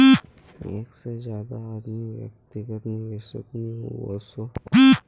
एक से ज्यादा आदमी व्यक्तिगत निवेसोत नि वोसोह